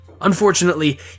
Unfortunately